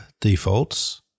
defaults